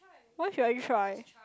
why should I try